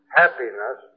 happiness